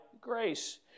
grace